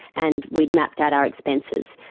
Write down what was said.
and we'd mapped out our expenses.